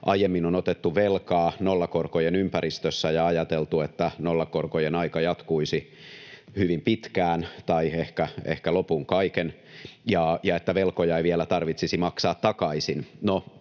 aiemmin on otettu velkaa nollakorkojen ympäristössä ja ajateltu, että nollakorkojen aika jatkuisi hyvin pitkään tai ehkä lopun kaiken ja että velkoja ei vielä tarvitsisi maksaa takaisin.